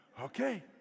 Okay